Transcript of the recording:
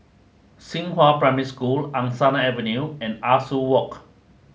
Xinghua Primary School Angsana Avenue and Ah Soo Walk